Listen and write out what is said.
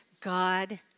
God